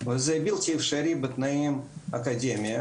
ואני ברשותכם אעשה סקירה על תכניות הסיוע הקיימות.